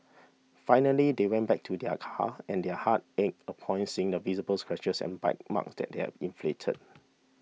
finally they went back to their car and their hearts ached upon seeing the visible scratches and bite marks that had inflicted